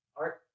Art